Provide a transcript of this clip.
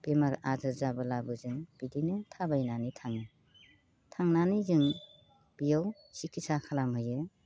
बेमार आजार जाब्लाबो जों बिदिनो थाबायनानै थाङो थांनानै जों बेयाव सिखित्सा खालामहैयो